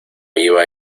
iba